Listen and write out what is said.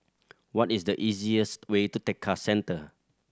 what is the easiest way to Tekka Centre